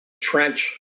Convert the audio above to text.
trench